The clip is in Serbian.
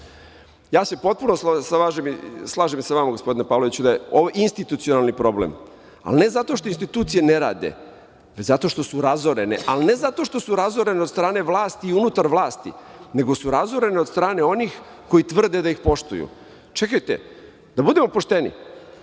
Bravo. Potpuno se slažem sa vama, gospodine Pavloviću, da je ovo institucionalni problem, ali ne zato što institucije ne rade, zato što su razorene, ali ne zato što su razorene od strane vlasti i unutar vlasti, nego su razorene od strane onih koji tvrde da ih poštuju. Čekajte, da budemo pošteni.